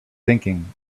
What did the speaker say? thinking